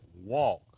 walk